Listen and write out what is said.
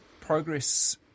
Progress